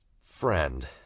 friend